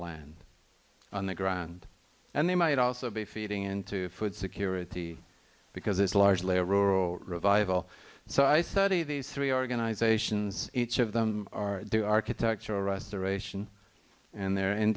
land on the ground and they might also be feeding into food security because it's largely a rural revival so i study these three organizations each of them are architectural restoration and they're in